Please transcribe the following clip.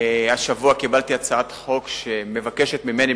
השבוע קיבלתי הצעת חוק שמבקשת ממני,